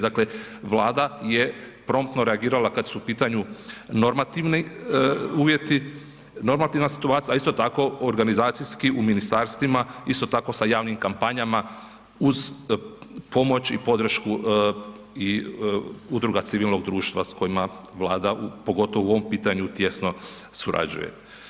Dakle, Vlada je promptno reagirala kad su u pitanju normativni uvjeti, normativna situacija, a isto tako organizacijski u ministarstvima, isto tako sa javnim kampanjama uz pomoć i podršku i udruga civilnog društva s kojima Vlada pogotovo u ovom pitanju tijesno surađuje.